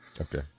Okay